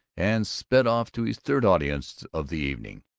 and sped off to his third audience of the evening.